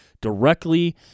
directly